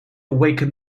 awaken